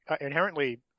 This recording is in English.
inherently